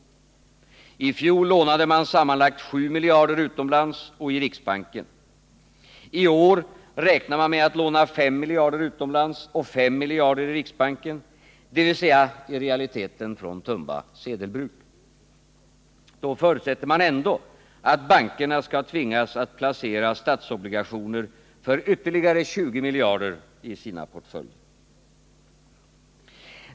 I fjol lånade man sammanlagt 7 miljarder utomlands och i riksbanken. I år räknar man med att låna 5 miljarder utomlands och 5 miljarder i riksbanken, dvs. i realiteten från Tumba sedelbruk. Då förutsätter man ändå att bankerna skall tvingas placera statsobligationer för ytterligare 20 miljarder i sina portföljer.